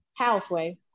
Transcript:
houseway